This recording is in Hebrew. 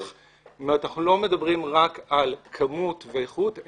אנחנו לא מדברים רק על כמות ואיכות,